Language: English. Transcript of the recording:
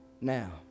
now